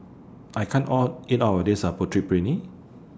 I can't All eat All of This Putu Piring